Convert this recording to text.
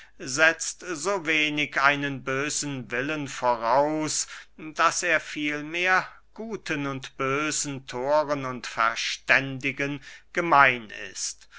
setzt so wenig einen bösen willen voraus daß er vielmehr guten und bösen thoren und verständigen gemein ist